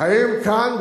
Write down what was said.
האם כאן,